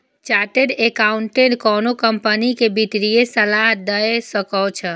chartered accountant कोनो company कें वित्तीय सलाह दए सकै छै